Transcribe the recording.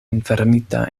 enfermita